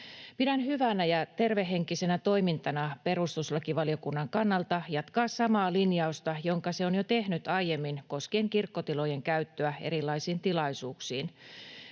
Pidän hyvänä ja tervehenkisenä toimintana perustuslakivaliokunnan kannalta jatkaa samaa linjausta, jonka se on jo tehnyt aiemmin koskien kirkkotilojen käyttöä erilaisiin tilaisuuksiin.